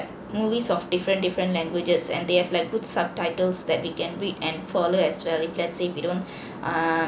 movies of different different languages and they have like good subtitles that we can read and follow as well if let's say we don't uh